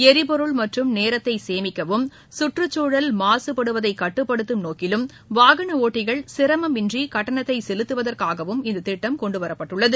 எரிபொருள் மற்றும் நேரத்தை சேமிக்கவும் சுற்றுக்சூழல் மாசுபடுவதை கட்டுப்படுத்தும் நோக்கிலும் வாகன ஒட்டிகள் சிரமமின்றி கட்டணத்தை செலுத்துவதற்காகவும் இந்தத் திட்டம் கொண்டுவரப்பட்டுள்ளது